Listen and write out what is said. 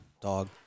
dog